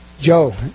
Joe